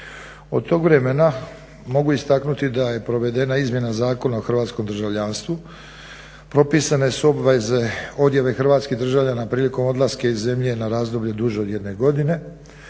Od toga vremena mogu istaknuti da je provedena izmjena zakona o hrvatskom državljanstvu, propisane su obveze odjave hrvatskih državljana prilikom odlaska iz zemlje na razdoblje duže od jedne godine.